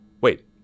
Wait